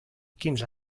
quinze